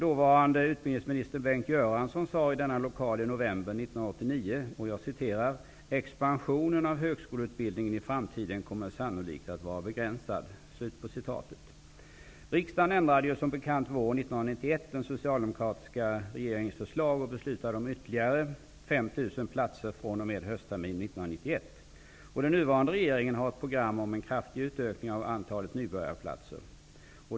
Dåvarande utbildningsminister Bengt Göransson sade i denna lokal i november 1989: ''Expansionen av högskoleutbildningen i framtiden kommer sannolikt att vara begränsad.'' Riksdagen ändrade som bekant våren 1991 den socialdemokratiska regeringens förslag och beslutade om ytterligare 5 000platser fr.o.m. Den nuvarande regeringen har ett program för en kraftig utökning av antalet nybörjarplatser.